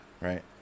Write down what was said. Right